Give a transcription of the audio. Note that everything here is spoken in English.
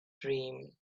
dream